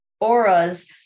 Auras